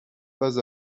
pas